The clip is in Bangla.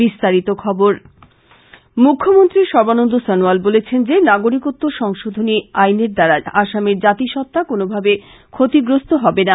বিস্তারিত খবর মুখ্যমন্ত্রী সর্বানন্দ সনোয়াল বলেছেন যে নাগরিকত্ব সংশোধনী আইনের দ্বারা আসামের জাতিসত্তা কোনভাবে ক্ষতিগ্রস্ত হবে না